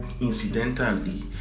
incidentally